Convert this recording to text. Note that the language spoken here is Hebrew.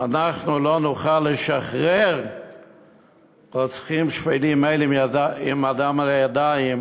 אנחנו לא נוכל לשחרר רוצחים שפלים אלה עם הדם על הידיים